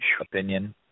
opinion